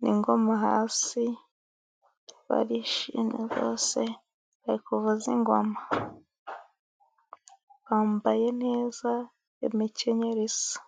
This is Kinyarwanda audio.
n'ingoma hasi, barishimye rwose bari kuvuza ingoma, bambaye neza imikenyero isa.